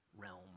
realm